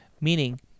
meaning